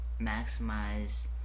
maximize